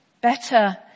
Better